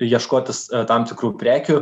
ieškotis tam tikrų prekių